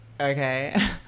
okay